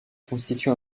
constitue